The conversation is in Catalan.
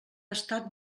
estat